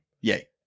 Yay